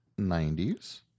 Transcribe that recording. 90s